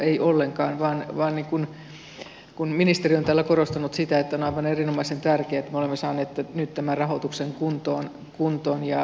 ei ollenkaan vaan niin kuin ministeri on täällä korostanut sitä on aivan erinomaisen tärkeää että me olemme saaneet nyt tämän rahoituksen kuntoon ja sopimuksen siitä